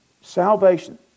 salvation